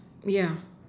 yeah